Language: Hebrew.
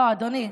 לא, אדוני.